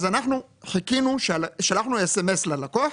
אנחנו שלחנו מסרון ללקוח